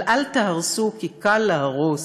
אבל אל תהרסו, כי קל להרוס